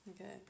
Okay